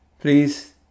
Please